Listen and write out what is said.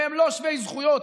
והם לא שווי זכויות,